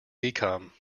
become